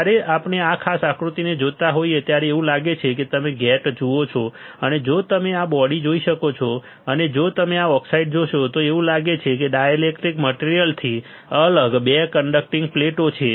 જ્યારે આપણે આ ખાસ આકૃતિને જોતા હોઈએ ત્યારે એવું લાગે છે કે તમે ગેટ જુઓ છો અને જો તમે આ બોડી જોઈ શકો છો અને જો તમે આ ઓક્સાઈડ જોશો તો એવું લાગે છે કે ડાઇલેક્ટ્રિક મટીરીયલથી અલગ 2 કંડક્ટિંગ પ્લેટ્સ છે